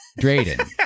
Drayden